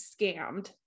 Scammed